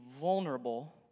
vulnerable